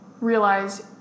realize